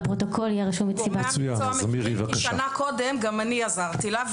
ושלפרוטוקול יהיה רשום מה הסיבה.) שנה קודם גם אני עזרתי לה,